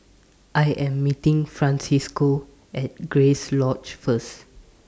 I Am meeting Francisco At Grace Lodge First